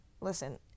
listen